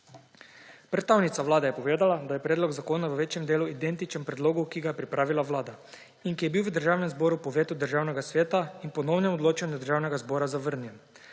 Predstavnica Vlade je povedala, da je predlog zakona v večjem delu identičen predlogu, ki ga je pripravila Vlada in ki je bil v Državnem zboru po vetu Državnega sveta in ponovnem odločanju Državnega zbora zavrnjen.